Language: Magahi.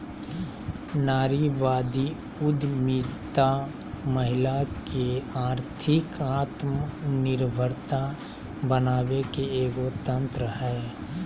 नारीवादी उद्यमितामहिला के आर्थिक आत्मनिर्भरता बनाबे के एगो तंत्र हइ